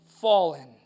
fallen